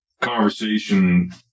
conversation